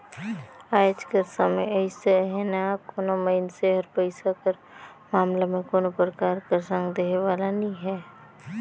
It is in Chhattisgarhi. आएज कर समे अइसे अहे ना कोनो मइनसे हर पइसा कर मामला में कोनो परकार कर संग देहे वाला नी हे